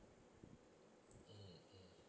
mm